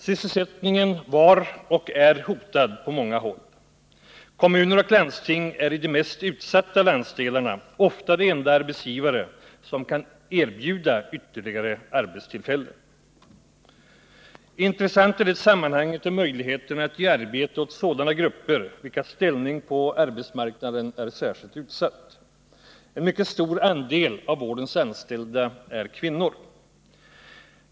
Sysselsättningen var och är hotad på många håll. Kommuner och landsting är i de mest utsatta landsdelarna ofta de enda arbetsgivare som kan erbjuda ytterligare arbetstillfällen. Intressant i det sammanhanget är möjligheterna att ge arbete åt sådana grupper vilkas ställning på arbetsmarknaden är särskilt utsatt. En mycket stor andel av vårdens anställda är kvinnor.